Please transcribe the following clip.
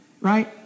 right